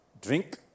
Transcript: drink